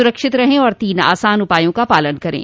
सुरक्षित रहें और तीन आसान उपायों का पालन करें